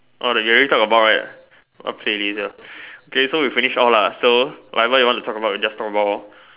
or you talk about right okay later okay so we finish off lah so whatever you want to talk about just talk about lor